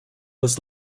was